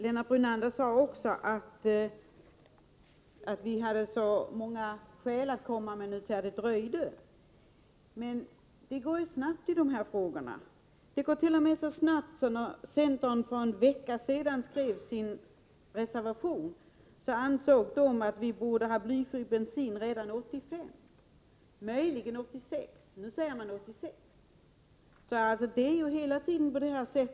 Han tyckte också att vi hade så många skäl för att fördröja det hela. Men utvecklingen går snabbt i dessa frågor. I sin reservation, som skrevs för någon vecka sedan, ansåg centern att vi borde ha blyfri bensin redan år 1985, möjligen 1986. Nu säger man 1986.